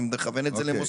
אני מכוון את זה למוסדות,